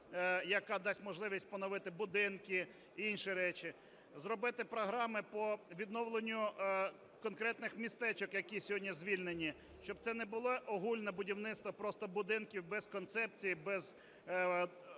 яка дасть можливість поновити будинки, інші речі. Зробити програми по відновленню конкретних містечок, які сьогодні звільнені. Щоб це не було огульне будівництво просто будинків без концепції, без